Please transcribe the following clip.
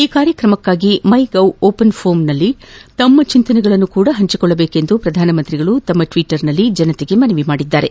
ಈ ಕಾರ್ಯಕ್ರಮಕ್ಕಾಗಿ MyGov open ಫೋರಂನಲ್ಲಿ ತಮ್ಮ ಚಿಂತನೆಗಳನ್ನು ಹಂಚಿಕೊಳ್ಳುವಂತೆ ಪ್ರಧಾನಮಂತ್ರಿ ಅವರು ತಮ್ಮ ಟ್ನೀಟ್ನಲ್ಲಿ ಜನತೆಗೆ ಮನವಿ ಮಾಡಿದ್ದಾರೆ